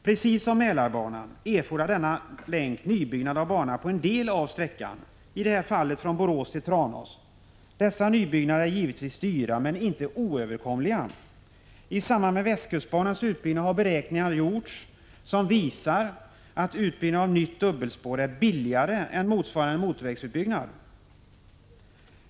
Precis som Mälarbanan erfordrar denna länk nybyggnad av bana på en del av sträckan, nämligen mellan Borås och Tranås. Dessa nybyggnader är givetvis dyra men inte oöverstigliga. I samband med västkustbanans utbyggnad har beräkningar gjorts som visar att en utbyggnad av nytt dubbelspår är billigare än motsvarande motorvägsutbyggnad.